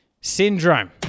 syndrome